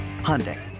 Hyundai